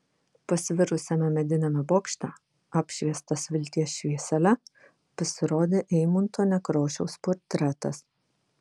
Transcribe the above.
pasvirusiame mediniame bokšte apšviestas vilties šviesele pasirodė eimunto nekrošiaus portretas